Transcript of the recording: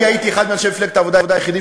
אני הייתי אחד מאנשי מפלגת העבודה היחידים